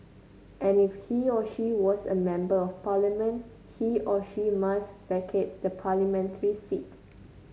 and if he or she was a Member of Parliament he or she must vacate the parliamentary seat